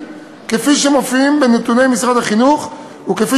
כפי שהם מופיעים בנתוני משרד החינוך וכפי